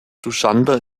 duschanbe